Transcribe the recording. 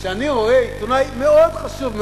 כשאני רואה עיתונאי מאוד חשוב,